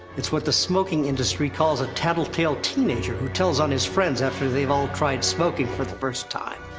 it's what the smoking industry calls a tattletale teenager who tells on his friends after they've all tried smoking for the first time.